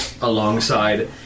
alongside